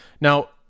Now